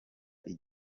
iki